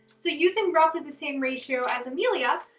so using roughly the same ratio as amelia,